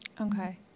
Okay